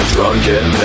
Drunken